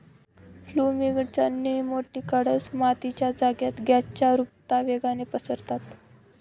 fumigant nematicides मातीच्या जागेत गॅसच्या रुपता वेगाने पसरतात